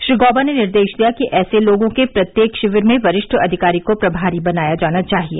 श्री गॉबा ने निर्देश दिया कि ऐसे लोगों के प्रत्येक शिविर में वरिष्ठ अधिकारी को प्रभारी बनाया जाना चाहिए